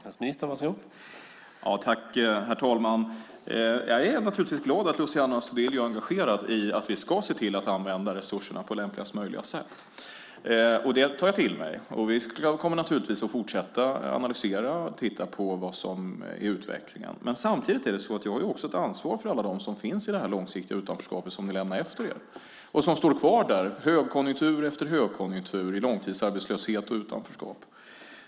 Herr talman! Jag är naturligtvis glad över att Luciano Astudillo är engagerad i att vi ska se till att använda resurserna på lämpligaste möjliga sätt. Det tar jag till mig. Jag kommer självfallet att fortsätta att analysera och att titta på utvecklingen. Men samtidigt har jag ett ansvar för alla dem som finns i det långsiktiga utanförskap som ni lämnade efter er. Högkonjunktur efter högkonjunktur står de kvar i långtidsarbetslöshet och utanförskap.